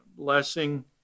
blessing